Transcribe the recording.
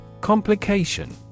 Complication